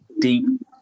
deep